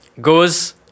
Goes